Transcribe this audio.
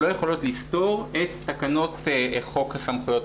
לא יכולות לסתור את תקנות חוק הסמכויות